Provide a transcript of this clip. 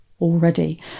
already